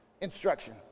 Instruction